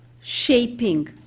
shaping